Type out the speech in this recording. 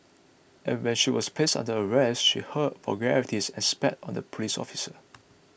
and when she was placed under arrest she hurled vulgarities and spat on the police officer